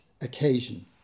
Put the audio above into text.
occasion